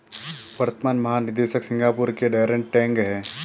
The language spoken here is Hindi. वर्तमान महानिदेशक सिंगापुर के डैरेन टैंग हैं